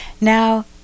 Now